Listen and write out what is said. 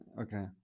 Okay